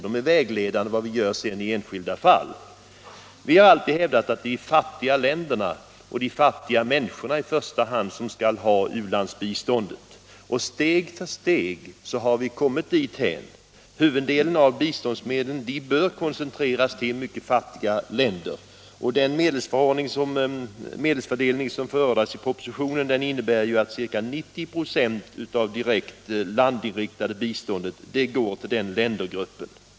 De är vägledande för vad vi sedan gör i enskilda fall. För det första har vi alltid hävdat att det i första hand är de fattiga länderna och de fattiga människorna som skall ha u-landsbiståndet. Steg för steg har vi kommit dithän. Huvuddelen av biståndsmedlen bör kon Internationellt utvecklingssamar centreras på mycket fattiga länder. Den medelsfördelning som förordas i propositionen innebär att ca 90 96 av det direkt landinriktade biståndet går till den ländergruppen.